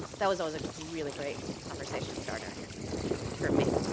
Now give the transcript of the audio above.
that was always a really great conversation starter for me.